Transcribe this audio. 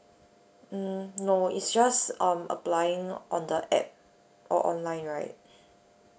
um no it's just um applying on the app or online right